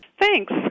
Thanks